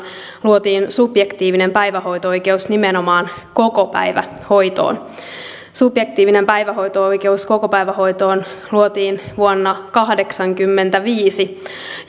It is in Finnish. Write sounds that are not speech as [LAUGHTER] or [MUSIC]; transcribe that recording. luotiin subjektiivinen päivähoito oikeus nimenomaan kokopäivähoitoon subjektiivinen päivähoito oikeus kokopäivähoitoon luotiin vuonna kahdeksankymmentäviisi [UNINTELLIGIBLE]